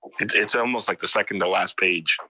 it's it's almost like the second to last page.